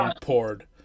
poured